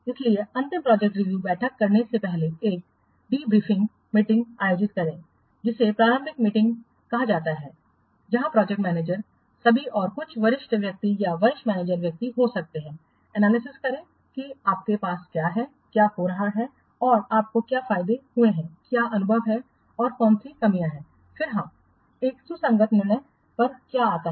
इसलिए अंतिम project review बैठक करने से पहले एक डिब्रीपिंग मीटिंग आयोजित करें जिसे प्रारंभिक बैठक कहा जाता है जहां प्रोजेक्ट मैनेजर सभी और कुछ वरिष्ठ व्यक्ति या वरिष्ठ मैनेजमेंट व्यक्ति हो सकते हैं एनालिसिसकरें कि आपके पास क्या है क्या हो रहा है और आपको क्या फायदे हुए हैं क्या अनुभव हैं और कौन सी कमियां हैं फिर हाँ एक सुसंगत निर्णय पर क्या आता है